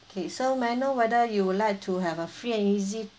okay so may I know whether you would like to have a free and easy